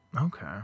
Okay